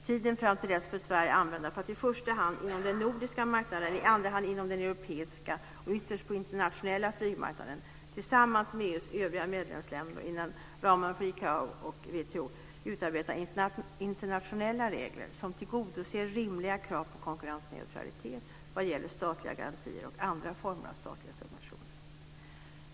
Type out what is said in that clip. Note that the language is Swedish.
Tiden fram till dess bör Sverige använda för att i första hand inom den nordiska marknaden, i andra hand inom den europeiska och ytterst på den internationella flygmarknaden tillsammans med EU:s övriga medlemsländer och inom ramen för ICAO och WTO utarbeta internationella regler som tillgodoser rimliga krav på konkurrensneutralitet vad gäller statliga garantier och andra former av statliga subventioner.